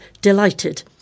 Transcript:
delighted